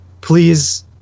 please